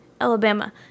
Alabama